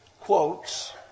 quotes